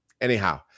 anyhow